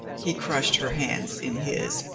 he crushed her hands in his,